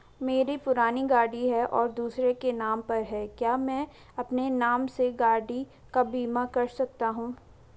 मेरी पुरानी गाड़ी है और दूसरे के नाम पर है क्या मैं अपने नाम से गाड़ी का बीमा कर सकता हूँ?